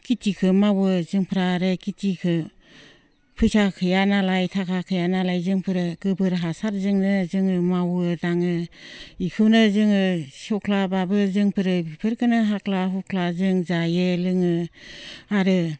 खेतिखौ मावो जोंफोरा आरो खेतिखौ फैसा गैया नालाय थाखा गैया नालाय जोंफोरो गोबोर हासारजोंनो जोङो मावो दाङो बेखौनो जोङो सेवख्लाबाबो जोंफोरो बेफोरखौनो हाख्ला हुख्ला जों जायो लोङो आरो